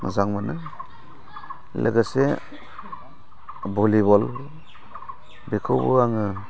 मोजां मोनो लोगोसे भलिबल बेखौबो आङो